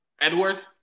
Edwards